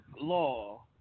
law